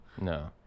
No